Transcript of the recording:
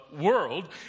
world